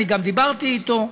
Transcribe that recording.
אני גם דיברתי אתו,